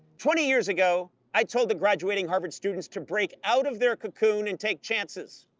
twenty years ago, i told the graduating harvard students to break out of their cocoon and take chances.